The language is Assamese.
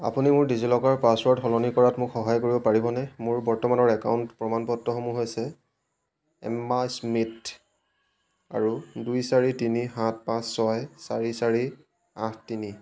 আপুনি মোৰ ডিজিলকাৰৰ পাছৱৰ্ড সলনি কৰাত মোক সহায় কৰিব পাৰিবনে মোৰ বৰ্তমানৰ একাউণ্ট প্ৰমাণপত্ৰসমূহ হৈছে এম্মা স্মিথ আৰু দুই চাৰি তিনি সাত পাঁচ ছয় চাৰি চাৰি আঠ তিনি